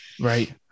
Right